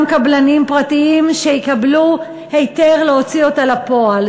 קבלנים פרטיים שיקבלו היתר להוציא אותה לפועל.